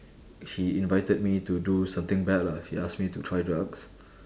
he invited me to do something bad lah he ask me to try drugs